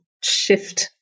shift